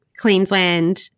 Queensland